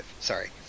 sorry